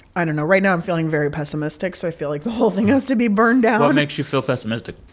i don't know. right now, i'm feeling very pessimistic, so i feel like the whole thing has to be burned down what makes you feel pessimistic?